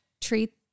treat